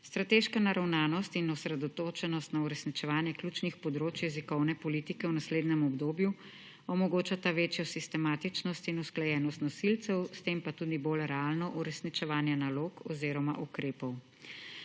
Strateška naravnanost in osredotočenost na uresničevanje ključnih področij jezikovne politike v naslednjem obdobju omogočata večjo sistematičnost in usklajenost nosilcev, s tem pa tudi bolj realno uresničevanje nalog oziroma ukrepov.